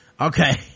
okay